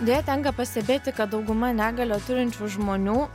deja tenka pastebėti kad dauguma negalią turinčių žmonių